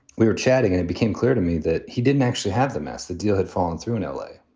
we were chatting and it became clear to me that he didn't actually have the mass. the deal had fallen through in l a,